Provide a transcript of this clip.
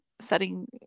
setting